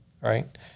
right